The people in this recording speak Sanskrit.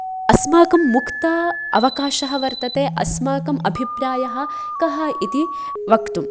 अस्माकं मुक्त अवकाशः वर्तते अस्माकम् अभिप्रायः कः इति वक्तुम्